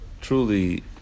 truly